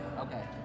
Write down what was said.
Okay